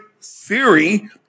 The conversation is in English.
theory